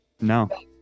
No